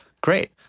Great